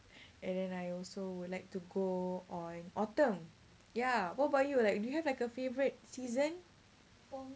and then I also would like to go on autumn ya what about you like do you have like a favourite season